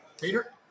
Peter